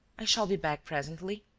i shall be back presently.